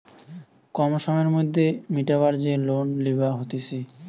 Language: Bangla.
কম সময়ের মধ্যে মিটাবার যে লোন লিবা হতিছে